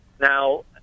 Now